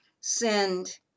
send